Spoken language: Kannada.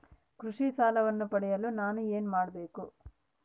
ಕೃಷಿ ಸಾಲವನ್ನು ಪಡೆಯಲು ನಾನು ಏನು ಮಾಡಬೇಕು?